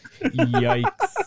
yikes